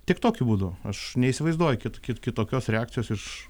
tik tokiu būdu aš neįsivaizduoju kiti kitokios reakcijos iš